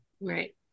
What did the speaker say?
Right